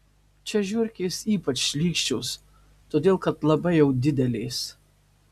čia žiurkės ypač šlykščios todėl kad labai jau didelės